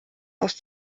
aus